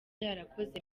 yarakoze